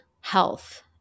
health